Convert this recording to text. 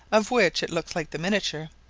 of which it looks like the miniature,